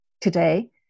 today